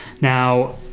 Now